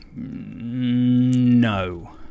no